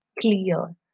clear